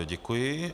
Děkuji.